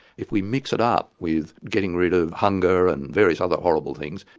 if we mix it up with getting rid of hunger and various other horrible things,